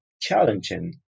challenging